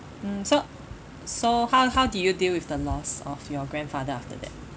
mm so so how how did you deal with the loss of your grandfather after that